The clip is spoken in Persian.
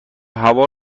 هوا